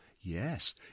Yes